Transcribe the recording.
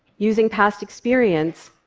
using past experience,